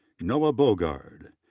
noah bogard.